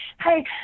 Hey